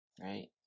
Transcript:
right